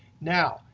now,